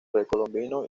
precolombino